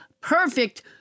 perfect